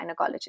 gynecologist